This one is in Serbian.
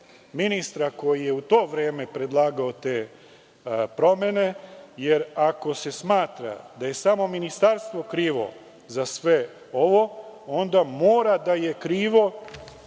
ministra koji je u to vreme predlagao te promene, jer ako se smatra da je samo ministarstvo krivo za sve ovo, onda mora da je krivo